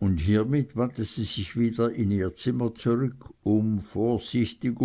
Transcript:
und hiermit wandte sie sich wieder in ihr zimmer zurück um vorsichtig